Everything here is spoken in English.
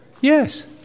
Yes